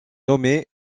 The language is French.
nommé